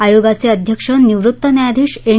आयोगाचे अध्यक्ष निवृत्त न्यायाधीश एन